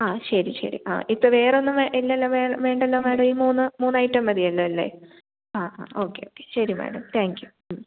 ആ ശരി ശരി ആ ഇപ്പോൾ വേറൊന്നും വെ ഇല്ലല്ലൊ വേ വേണ്ടല്ലൊ മാഡം ഈ മൂന്ന് മൂന്ന് ഐറ്റം മതിയല്ലൊ അല്ലെ ആ ആ ഓക്കെ ഓക്കെ ശരി മാഡം താങ്ക് യൂ